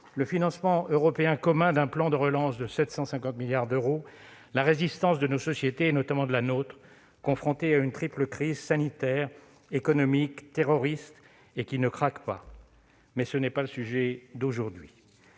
le financement européen commun d'un plan de relance de 750 milliards d'euros ; la résistance de nos sociétés, notamment de la nôtre, qui a été confrontée à une triple crise, sanitaire, économique et terroriste, mais qui ne craque pas. Toutefois, ce n'est pas le sujet d'aujourd'hui.